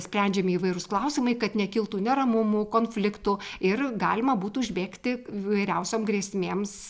sprendžiami įvairūs klausimai kad nekiltų neramumų konfliktų ir galima būtų užbėgti įvairiausiom grėsmėms